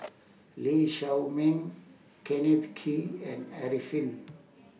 Lee Shao Meng Kenneth Kee and Arifin